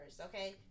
okay